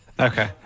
Okay